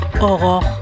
Aurore